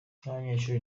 nk’abanyeshuri